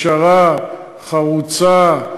ישרה, חרוצה,